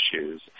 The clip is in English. issues